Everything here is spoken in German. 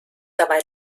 dabei